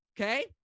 okay